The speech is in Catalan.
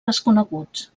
desconeguts